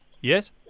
Yes